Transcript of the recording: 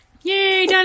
Yay